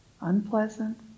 unpleasant